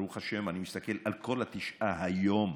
ברוך השם, אני מסתכל על כל התשעה היום,